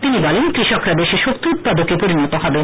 তিনি বলেন কৃষকরা দেশে শক্তি উৎপাদকে পরিনত হবেন